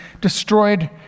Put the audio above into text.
destroyed